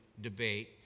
debate